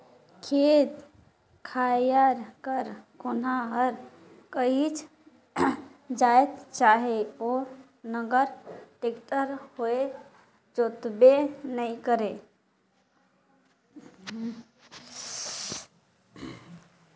खेत खाएर कर कोनहा हर काहीच जाएत चहे ओ नांगर, टेक्टर होए जोताबे नी करे